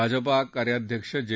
भाजपा कार्यअध्यक्ष जे